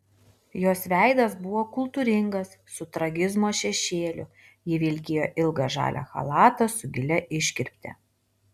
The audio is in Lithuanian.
jos veidas buvo kultūringas su tragizmo šešėliu ji vilkėjo ilgą žalią chalatą su gilia iškirpte